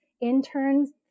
interns